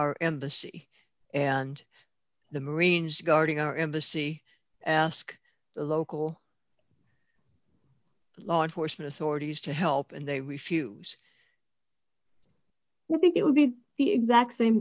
our embassy and the marines guarding our embassy ask the local law enforcement authorities to help and they refuse to get would be the exact same